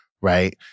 right